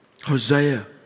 Hosea